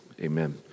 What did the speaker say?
amen